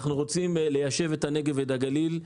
אנחנו רוצים ליישב את הנגב והגליל.